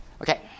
Okay